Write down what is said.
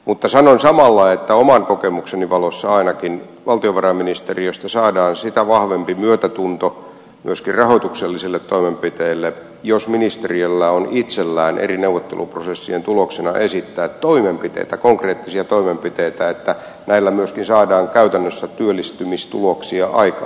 mutta sanon samalla että oman kokemukseni valossa ainakin valtiovarainministeriöstä saadaan sitä vahvempi myötätunto myöskin rahoituksellisille toimenpiteille jos ministeriöllä on itsellään eri neuvotteluprosessien tuloksena esittää konkreettisia toimenpiteitä että näillä myöskin saadaan käytännössä työllistymistuloksia aikaiseksi